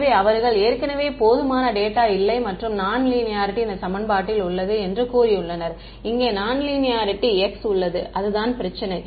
எனவே அவர்கள் ஏற்கனவே போதுமான டேட்டா இல்லை மற்றும் நான் லீனியாரிட்டி இந்த சமன்பாட்டில் உள்ளது என்று கூறியுள்ளனர் இங்கே நான் லீனியாரிட்டி x உள்ளது அதுதான் பிரச்சினை